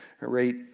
right